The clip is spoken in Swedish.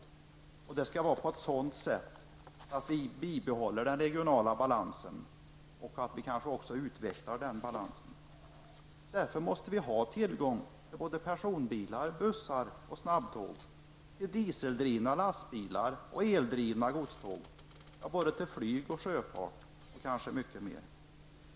Trafikförsörjningen skall ske på ett sådant sätt att vi bibehåller och helst förbättrar den regionala balansen. Därför måste vi ha tillgång till både personbilar, bussar och snabbtåg, till dieseldrivna lastbilar och eldrivna godståg, till både flyg och sjöfart och kanske mycket mer.